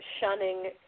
shunning